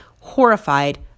horrified